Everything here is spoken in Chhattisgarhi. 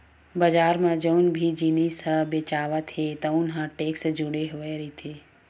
बजार म जउन भी जिनिस ह बेचावत हे तउन म टेक्स जुड़े हुए रहिथे